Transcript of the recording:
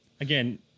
Again